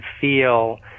feel